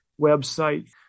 website